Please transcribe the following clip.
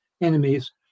enemies